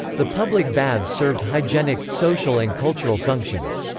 the public baths served hygienic, social and cultural functions.